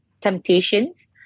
temptations